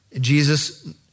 Jesus